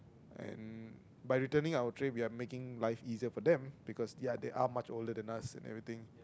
and by returning our tray we are making life easier for them because ya they are much older than us and everything